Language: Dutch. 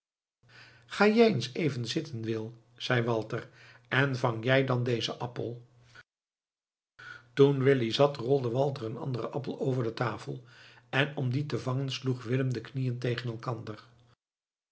ga jij daar eens even zitten wil zeide walter en vang jij dan dezen appel toen willy zat rolde walter een anderen appel over de tafel en om dien te vangen sloeg willem de knieën tegen elkander